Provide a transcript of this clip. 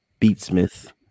beatsmith